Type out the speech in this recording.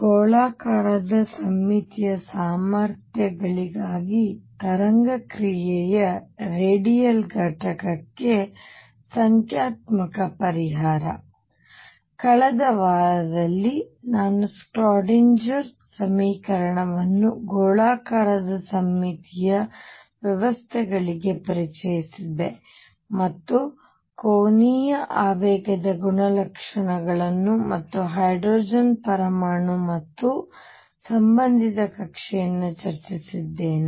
ಗೋಳಾಕಾರದ ಸಮ್ಮಿತೀಯ ಸಾಮರ್ಥ್ಯಗಳಿಗಾಗಿ ತರಂಗ ಕ್ರಿಯೆಯ ರೇಡಿಯಲ್ ಘಟಕಕ್ಕೆ ಸಂಖ್ಯಾತ್ಮಕ ಪರಿಹಾರ ಕಳೆದ ವಾರದಲ್ಲಿ ನಾನು ಶ್ರೋಡಿಂಗರ್Schrödinger ಸಮೀಕರಣವನ್ನು ಗೋಳಾಕಾರದ ಸಮ್ಮಿತೀಯ ವ್ಯವಸ್ಥೆಗಳಿಗೆ ಪರಿಚಯಿಸಿದ್ದೆ ಮತ್ತು ಕೋನೀಯ ಆವೇಗದ ಗುಣಲಕ್ಷಣಗಳನ್ನು ಮತ್ತು ಹೈಡ್ರೋಜನ್ ಪರಮಾಣು ಮತ್ತು ಸಂಬಂಧಿತ ಕಕ್ಷೆಯನ್ನು ಚರ್ಚಿಸಿದ್ದೇನೆ